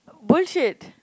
bullshit